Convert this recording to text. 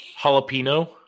jalapeno